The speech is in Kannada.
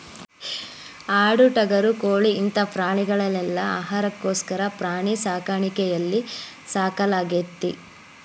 ಆಡು ಟಗರು ಕೋಳಿ ಇಂತ ಪ್ರಾಣಿಗಳನೆಲ್ಲ ಆಹಾರಕ್ಕೋಸ್ಕರ ಪ್ರಾಣಿ ಸಾಕಾಣಿಕೆಯಲ್ಲಿ ಸಾಕಲಾಗ್ತೇತಿ